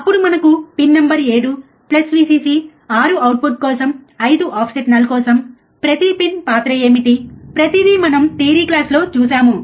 అప్పుడు మనకు pin number 7 plus Vcc 6 output కోసం 5 ఆఫ్సెట్ నల్ కోసం ప్రతి పిన్ పాత్ర ఏమిటి ప్రతిదీ మనం థియరీ క్లాస్లో చూసాము